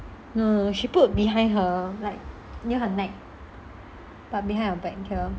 no she put behind her like near her neck but behind her back here